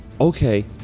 Okay